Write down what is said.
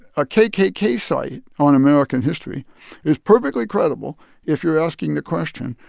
a kkk site on american history is perfectly credible if you're asking the question,